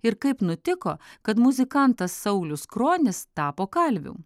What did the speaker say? ir kaip nutiko kad muzikantas saulius kronis tapo kalviu